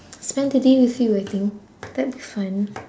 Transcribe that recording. spend the day with you I think that'll be fun